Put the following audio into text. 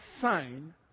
sign